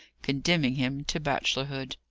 condemning him to bachelorhood!